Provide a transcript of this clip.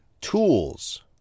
tools